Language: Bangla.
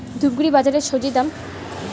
ধূপগুড়ি বাজারের স্বজি দাম?